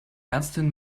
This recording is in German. ärztin